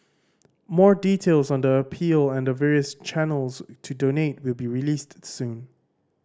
more details on the appeal and the various channels to donate will be released soon